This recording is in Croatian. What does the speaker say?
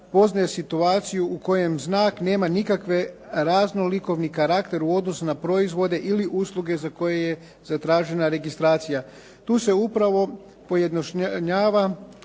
Poznaje situaciju u kojem znak nema nikakve raznolikovni karakter u odnosu na proizvode ili usluge za koje je zatražena registracija. Tu se upravo pojednostavljuje